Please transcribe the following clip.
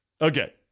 Okay